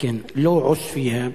לא עוספיא.